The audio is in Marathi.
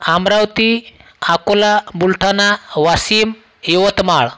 अमरावती अकोला बुलढाणा वाशीम यवतमाळ